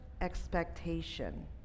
expectation